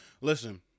listen